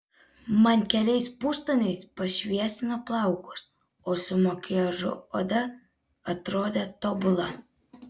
man keliais pustoniais pašviesino plaukus o su makiažu oda atrodė tobula